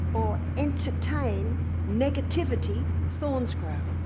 or entertain negativity thorns grow.